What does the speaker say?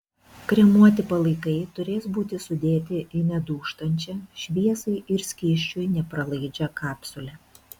kremuoti palaikai turės būti sudėti į nedūžtančią šviesai ir skysčiui nepralaidžią kapsulę